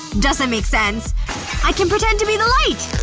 doesn't make sense i can pretend to be the light.